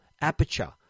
aperture